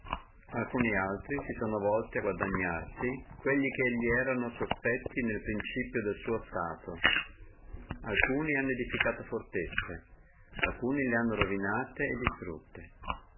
alcuni altri si sono volti a guadagnarsi quelli che li erano suspetti nel principio del suo stato alcuni hanno edificato fortezze alcuni le hanno ruinate e destrutte